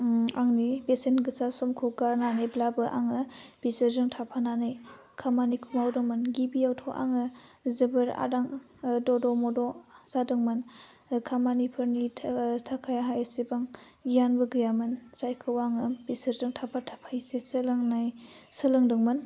उम आंनि बेसेन गोसा समखौ गारनानैब्लाबो आङो बेसोरजों थाफानानै खामानिखौ मावदोंमोन गिबियावथ' आङो जोबोर आदां दद' मद' जादोंमोन खामानिफोरनि था थाखाय आंहा एसेबां गियानबो गैयामोन जायखौ आङो बेसोरजों थाफा थाफायैसो सोलोंनाय सोलोंदोंमोन